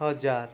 હજાર